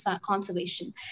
conservation